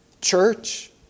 church